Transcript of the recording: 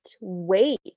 wait